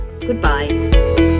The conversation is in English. Goodbye